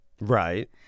Right